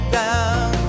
down